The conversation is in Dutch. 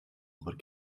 over